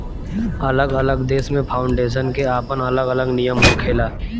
अलग अलग देश में फाउंडेशन के आपन अलग अलग नियम होखेला